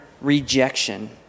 rejection